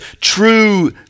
true